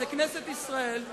זאת כנסת ישראל.